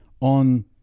on